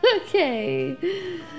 Okay